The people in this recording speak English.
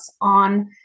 on